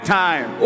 time